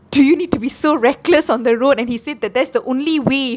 do you need to be so reckless on the road and he said that that's the only way